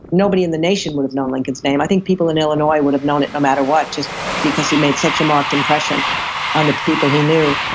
nobody in the nation would have known lincoln's name i think people in illinois would have known it no matter what just because he made such a marked impression on the people he knew.